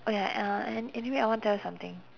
oh ya uh an~ anyway I want tell you something